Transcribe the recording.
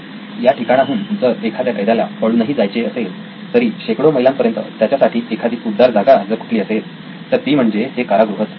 तर तुम्हाला तिथे कुठल्याही प्रकारच्या भिंती दिसत नाहीत या ठिकाणाहून जर एखाद्या कैद्याला पळूनही जायचे असेल तरी शेकडो मैलांपर्यंत त्याच्यासाठी एखादी उबदार जागा जर कुठली असेल तर ती म्हणजे हे कारागृहच